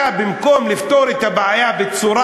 במקום לפתור את הבעיה בצורה